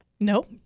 Nope